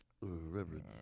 Reverend